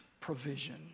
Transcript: provision